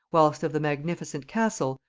whilst of the magnificent castle,